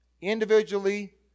Individually